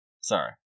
Sorry